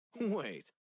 wait